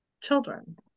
children